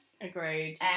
Agreed